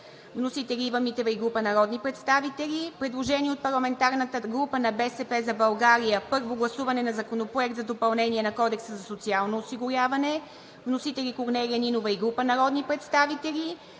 Вносители – Ива Митева и група народни представители. Предложение от парламентарната група на „БСП за България“: 2. Първо гласуване на Законопроекта за допълнение на Кодекса за социално осигуряване. Вносители – Корнелия Нинова и група народни представители.